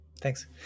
Thanks